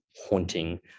haunting